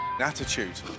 attitude